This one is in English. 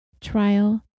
trial